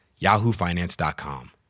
yahoofinance.com